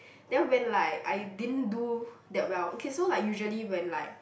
then when like I didn't do that well okay so like usually when like